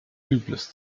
übles